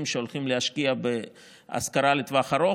שהולכים להשקיע בהשכרה לטווח ארוך.